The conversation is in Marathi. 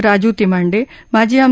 राजूति मांडे माजी आम